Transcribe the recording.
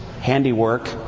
handiwork